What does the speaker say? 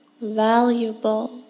valuable